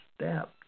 step